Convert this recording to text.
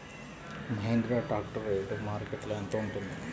Mahindra tractor rate మార్కెట్లో యెంత ఉంటుంది?